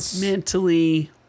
mentally